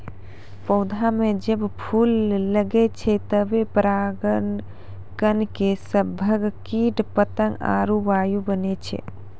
पौधा म जब फूल लगै छै तबे पराग कण के सभक कीट पतंग आरु वायु बनै छै